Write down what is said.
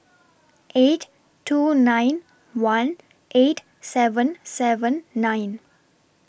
eight two nine one eight seven seven nine